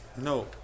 No